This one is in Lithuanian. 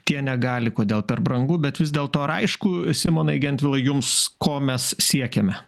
tie negali kodėl per brangu bet vis dėlto ar aišku simonui gentvilui jums ko mes siekiame